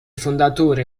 fondatore